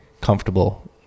comfortable